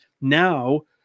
now